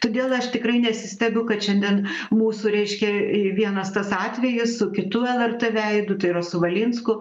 todėl aš tikrai nesistebiu kad šiandien mūsų reiškia į vienas tas atvejis su kitu lrt veidu tai yra su valinsku